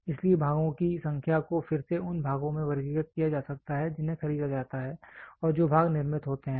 इसलिए भागों की संख्या को फिर से उन भागों में वर्गीकृत किया जा सकता है जिन्हें खरीदा जाता है और जो भाग निर्मित होते हैं